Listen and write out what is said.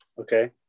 Okay